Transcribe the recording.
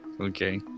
Okay